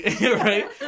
Right